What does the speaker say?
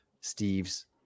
Steve's